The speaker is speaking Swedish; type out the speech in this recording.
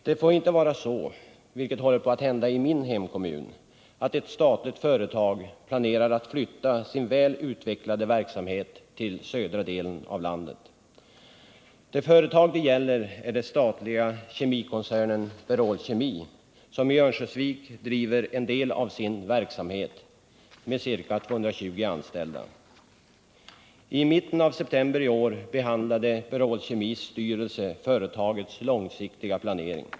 Det får inte vara så — vilket håller på att hända i min hemkommun -— att ett statligt företag planerar att flytta sin väl utvecklade verksamhet till södra delen av landet. Det företag det gäller är den statliga kemikoncernen Berol Kemi som i Örnsköldsvik driver en del av sin verksamhet med ca 220 anställda. I mitten av september i år behandlade Berol Kemis styrelse företagets långsiktiga planering.